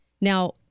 Now